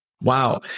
Wow